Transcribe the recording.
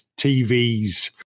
TVs